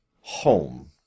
home